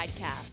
Podcast